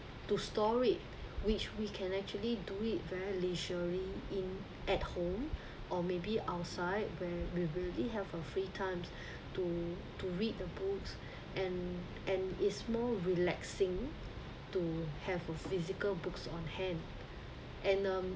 to store it which we can actually do it very leisurely in at home or maybe outside where we really have a free time to to read the books and and is more relaxing to have a physical books on hand and um